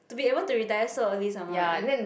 to be able to retire so early some more eh